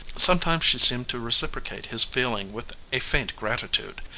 sometimes she seemed to reciprocate his feeling with a faint gratitude,